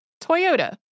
Toyota